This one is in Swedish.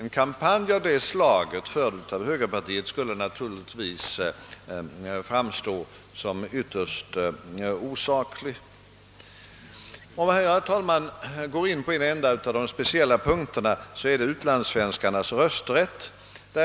en kampanj av detta slag, förd av högerpartiet, naturligtvis skulle framstå såsom ytterst osaklig. Om jag skall gå in på en enda av de speciella punkterna, så är det utlandssvenskarnas rösträtt.